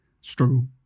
struggle